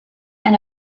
and